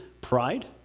pride